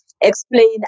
explain